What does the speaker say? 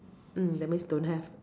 mm that means don't have